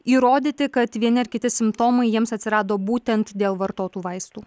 įrodyti kad vieni ar kiti simptomai jiems atsirado būtent dėl vartotų vaistų